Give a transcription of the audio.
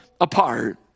apart